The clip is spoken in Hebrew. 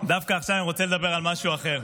דווקא עכשיו אני רוצה לדבר על משהו אחר.